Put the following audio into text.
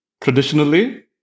Traditionally